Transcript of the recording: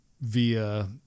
via